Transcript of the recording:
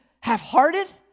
half-hearted